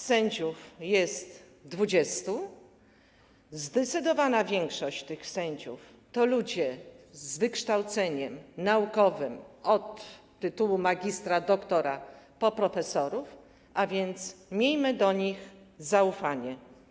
Sędziów jest dwudziestu, zdecydowana większość tych sędziów to ludzie z wykształceniem naukowym, od tytułu magistra, doktora po tytuł profesora, a więc miejmy do nich zaufanie.